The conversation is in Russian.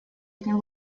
этим